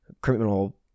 criminal